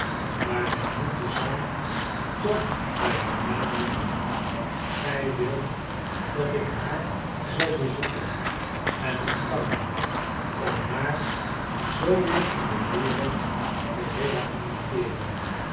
maar men moet de zaak toch bij haar naam noemen gij wilt dat ik haar zal bezoeken en ontvangen om haar zoo weer in de wereld te